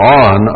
on